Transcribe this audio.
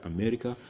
America